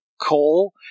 coal